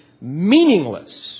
meaningless